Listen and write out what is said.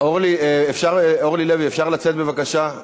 אורלי לוי, אפשר לצאת בבקשה?